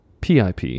PIP